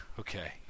Okay